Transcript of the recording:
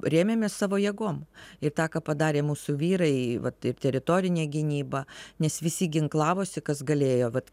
rėmėmės savo jėgom ir tą ką padarė mūsų vyrai vat ir teritorinė gynyba nes visi ginklavosi kas galėjo vat